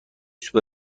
سوپر